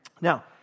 Now